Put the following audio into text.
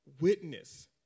witness